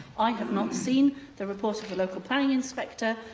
i have not seen the report of the local planning inspector.